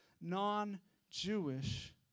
non-Jewish